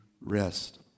rest